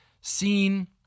seen